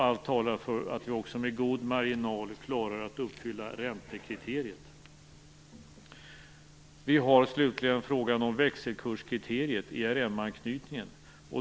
Allt talar för att vi också med god marginal klarar att uppfylla räntekriteriet. Slutligen har vi frågan om växelkurskriteriet, ERM-anknytningen.